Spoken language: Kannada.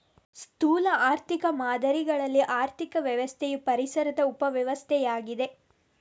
ಸ್ಥೂಲ ಆರ್ಥಿಕ ಮಾದರಿಗಳಲ್ಲಿ ಆರ್ಥಿಕ ವ್ಯವಸ್ಥೆಯು ಪರಿಸರದ ಉಪ ವ್ಯವಸ್ಥೆಯಾಗಿದೆ